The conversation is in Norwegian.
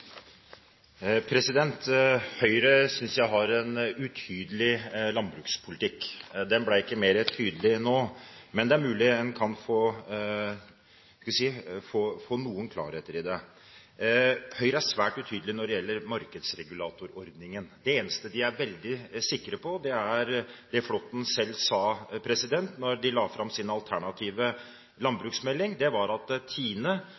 mulig man kan få noen klarheter i det. Høyre er svært utydelig når det gjelder markedsregulatorordningen. Det eneste de er veldig sikre på, er det Flåtten selv sa da de la fram sin alternative landbruksmelding. Det var at